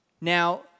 Now